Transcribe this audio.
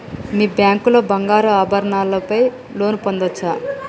మీ bank లో బంగారు ఆభరణాల పై లోన్ పొందచ్చా?